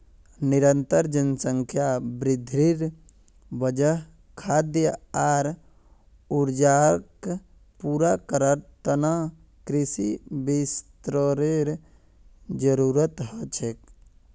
निरंतर जनसंख्या वृद्धिर वजह खाद्य आर ऊर्जाक पूरा करवार त न कृषि विस्तारेर जरूरत ह छेक